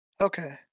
Okay